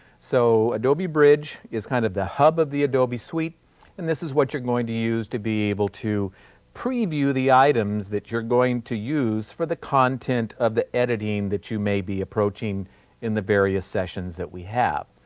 so, adobe bridge is kind of the hub of the adobe suite and this is what you're going to use to be able to preview the items that you're going to use for the content of the editing that you may be approaching in the various sessions that we have.